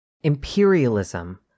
Imperialism